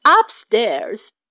upstairs